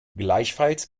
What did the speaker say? gleichfalls